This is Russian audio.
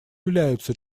являются